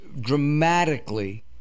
dramatically